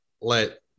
let